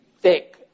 thick